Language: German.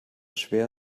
schwer